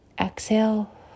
Exhale